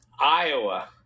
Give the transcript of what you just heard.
Iowa